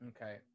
Okay